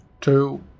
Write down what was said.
two